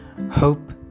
Hope